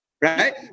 right